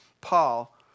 Paul